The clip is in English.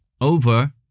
over